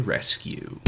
Rescue